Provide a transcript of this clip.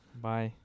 Bye